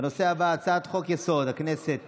הצעת חוק-יסוד: הכנסת (תיקון)